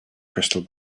crystal